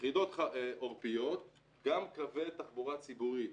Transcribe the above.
יחידות עורפיות גם קווי תחבורה ציבורית